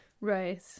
Right